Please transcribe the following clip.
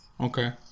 okay